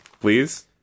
Please